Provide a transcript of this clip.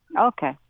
Okay